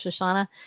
Shoshana